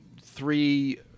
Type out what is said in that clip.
three